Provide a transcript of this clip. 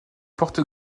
porte